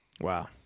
wow